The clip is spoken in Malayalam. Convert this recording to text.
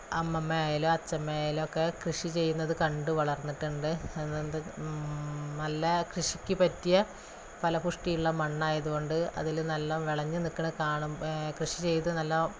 അമ്മമ്മ ആയാലും അച്ചമ്മ ആയാലു ഒക്കെ കൃഷി ചെയ്യുന്നത് കണ്ട് വളർന്നിട്ടുണ്ട് നല്ല കൃഷിക്ക് പറ്റിയ ഫലഭൂഷ്ടിയുള്ള മണ്ണായത് കൊണ്ട് അതിൽ നല്ല വിളഞ്ഞ് നിൽക്കുന്നത് കാണുമ്പോൾ കൃഷി ചെയ്ത് നല്ല